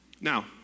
Now